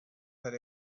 that